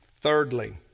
Thirdly